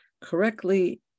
correctly